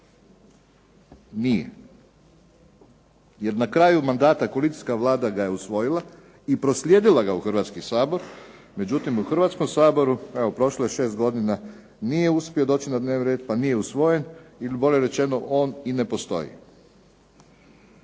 Nije. Jer na kraju mandata koalicijska Vlada ga je usvojila i proslijedila ga u Hrvatski sabor. Međutim, u Hrvatskom saboru, evo prošlo je šest godina, nije uspio doći na dnevni red pa nije usvojen ili bolje rečeno on i ne postoji.